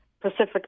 pacific